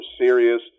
serious